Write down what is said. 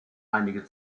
einige